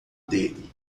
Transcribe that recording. dele